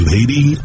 Lady